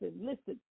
listen